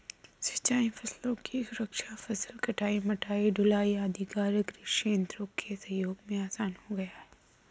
सिंचाई फसलों की सुरक्षा, फसल कटाई, मढ़ाई, ढुलाई आदि कार्य कृषि यन्त्रों के सहयोग से आसान हो गया है